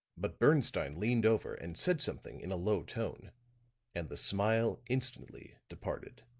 but bernstine leaned over and said something in a low tone and the smile instantly departed.